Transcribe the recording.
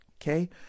Okay